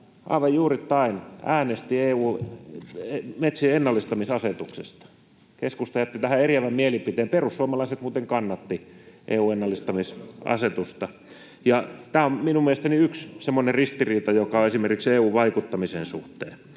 aivan juurittain äänesti metsien ennallistamisasetuksesta. Keskusta jätti tähän eriävän mielipiteen. Perussuomalaiset muuten kannattivat EU:n ennallistamisasetusta. Tämä on minun mielestäni yksi semmoinen ristiriita, joka on esimerkiksi EU-vaikuttamisen suhteen.